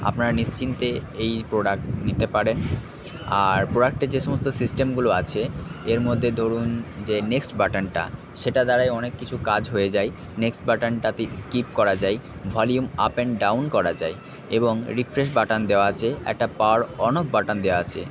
আপনারা নিশ্চিন্তে এই প্রোডাক্ট নিতে পারেন আর প্রোডাক্টে যে সমস্ত সিস্টেমগুলো আছে এর মধ্যে ধরুন যে নেক্সট বাটানটা সেটার দ্বারাই অনেক কিছু কাজ হয়ে যায় নেক্সট বাটানটাতে স্কিপ করা যায় ভলিউম আপ এন্ড ডাউন করা যায় এবং রিফ্রেশ বাটান দেওয়া আছে একটা পাওয়ার অন অফ বাটান দেওয়া আছে